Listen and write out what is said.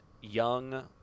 young